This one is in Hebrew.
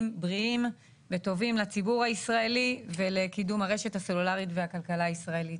בריאים וטובים לציבור הישראלי ולקידום הרשת הסלולרית והכלכלה הישראלי.